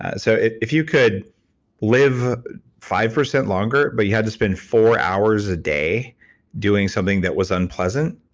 ah so, if you could live five percent longer but you had to spend four hours a day doing something that was unpleasant,